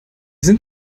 sind